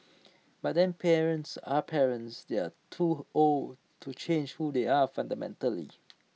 but then parents are parents they are too old to change who they are fundamentally